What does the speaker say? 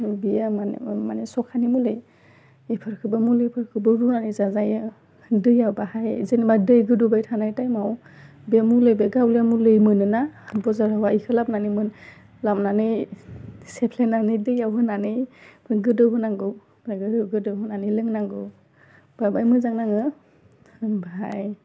बियो मानि मानि सबखानि मुलि बेफोरखौबो मुलिफोरखौबो रुनानै जाजायो दैया बाहाय जेनबा दै गोदौबाय थानाय टाइमआव बे मुलि बे गावलिया मुलि मोनो ना बाजारावहाय इखौ लाबोनानै मोन लाबोनानै सेफ्लेनानै दैयाव होनानै गोदौ होनांगौ गोदौ होनानै लोंनांगौ बाहाय मोजां नाङो ओमफाय